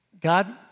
God